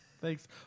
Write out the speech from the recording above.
Thanks